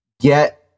get